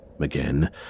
Again